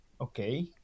okay